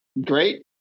great